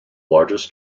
largest